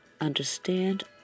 understand